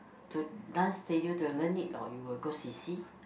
to dance studio to learn it or you will go C_C